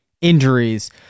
injuries